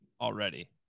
already